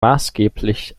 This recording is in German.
maßgeblich